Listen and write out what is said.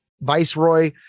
viceroy